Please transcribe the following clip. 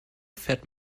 fährt